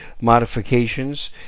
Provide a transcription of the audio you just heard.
modifications